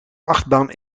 achtbaan